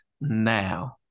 now